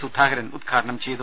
സുധാകരൻ ഉദ്ഘാടനം ചെയ്തു